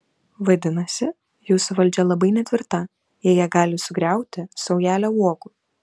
vadinasi jūsų valdžia labai netvirta jei ją gali sugriauti saujelė uogų